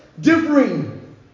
Differing